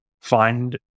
find